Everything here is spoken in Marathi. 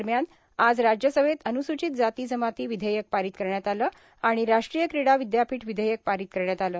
दरम्यान आज राज्यसभेत अन्वसूचित जाती जमाती विधेयक पारित करण्यात आलं आणि राष्ट्रीय क्रीडा विद्यापीठ विधेयक पारित करण्यात आलं